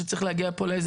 שצריך להגיע פה לאיזה